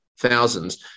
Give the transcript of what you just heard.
thousands